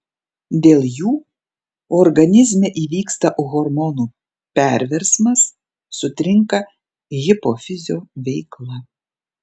dėl jų organizme įvyksta hormonų perversmas sutrinka hipofizio veikla